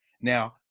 Now